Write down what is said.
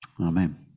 Amen